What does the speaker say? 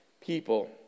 people